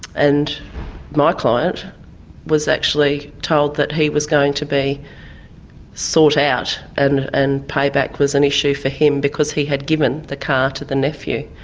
and my client was actually told that he was going to be sought out, and and payback was an issue for him because he had given the car to the nephew.